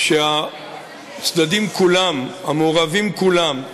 שהצדדים כולם, המעורבים כולם,